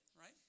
right